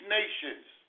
nations